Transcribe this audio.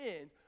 end